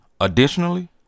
Additionally